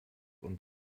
und